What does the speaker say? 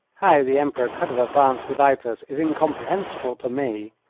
how the emperor could have advanced without us is incomprehensible to me,